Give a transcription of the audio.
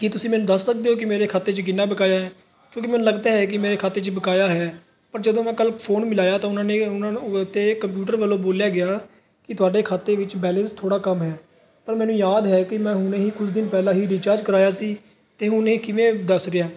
ਕੀ ਤੁਸੀਂ ਮੈਨੂੰ ਦੱਸ ਸਕਦੇ ਹੋ ਕਿ ਮੇਰੇ ਖਾਤੇ 'ਚ ਕਿੰਨਾ ਬਕਾਇਆ ਕਿਉਂਕਿ ਮੈਨੂੰ ਲੱਗਦਾ ਹੈ ਕਿ ਮੇਰੇ ਖਾਤੇ 'ਚ ਬਕਾਇਆ ਹੈ ਪਰ ਜਦੋਂ ਮੈਂ ਕੱਲ੍ਹ ਫੋਨ ਮਿਲਾਇਆ ਤਾਂ ਉਹਨਾਂ ਨੇ ਉਹਨਾਂ ਨੂੰ ਉੱਥੇ ਕੰਪਿਊਟਰ ਵੱਲੋਂ ਬੋਲਿਆ ਗਿਆ ਕਿ ਤੁਹਾਡੇ ਖਾਤੇ ਵਿੱਚ ਬੈਲੈਂਸ ਥੋੜ੍ਹਾ ਕਮ ਹੈ ਪਰ ਮੈਨੂੰ ਯਾਦ ਹੈ ਕਿ ਮੈਂ ਹੁਣ ਹੀ ਕੁਝ ਦਿਨ ਪਹਿਲਾਂ ਹੀ ਰੀਚਾਰਜ ਕਰਵਾਇਆ ਸੀ ਤਾਂ ਹੁਣ ਇਹ ਕਿਵੇਂ ਦੱਸ ਰਿਹਾ